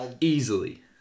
Easily